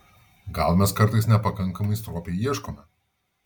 gal mes kartais nepakankamai stropiai ieškome